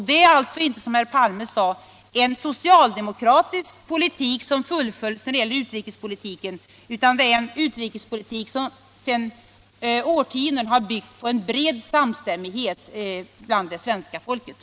Det är alltså inte, såsom herr Palme sade, en socialdemokratisk politik som fullföljs när det gäller utrikespolitiken, utan det är en utrikespolitik som sedan årtionden byggt på en bred samstämmighet bland det svenska folket.